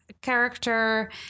character